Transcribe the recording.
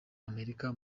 amerika